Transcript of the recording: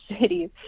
cities